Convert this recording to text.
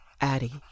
Addie